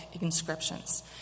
inscriptions